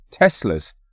teslas